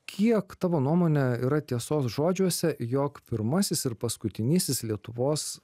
kiek tavo nuomone yra tiesos žodžiuose jog pirmasis ir paskutinysis lietuvos